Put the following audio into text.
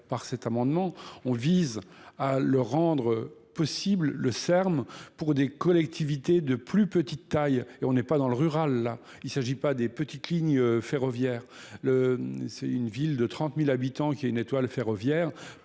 par cet amendement, on vise à le rendre possible le serme pour des collectivités de plus petite taille et on n'est pas dans le rural il s'agit pas des petites lignes ferroviaires c'est une ville de trente mille habitants qui a une étoile ferroviaire